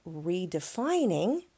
redefining